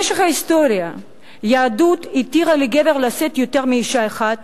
במשך ההיסטוריה היהדות התירה לגבר לשאת יותר מאשה אחת,